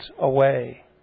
away